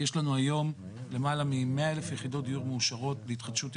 יש לנו היום למעלה מ-100,000 יחידות דיור מאושרות בהתחדשות עירונית.